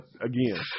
again